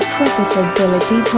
Profitability